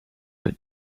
but